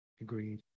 Agreed